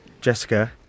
Jessica